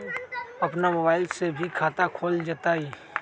अपन मोबाइल से भी खाता खोल जताईं?